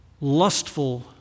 lustful